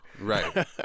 right